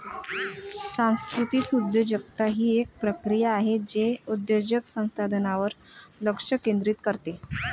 सांस्कृतिक उद्योजकता ही एक प्रक्रिया आहे जे उद्योजक संसाधनांवर लक्ष केंद्रित करते